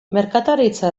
merkataritza